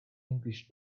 english